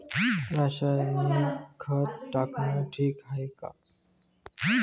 रासायनिक खत टाकनं ठीक हाये का?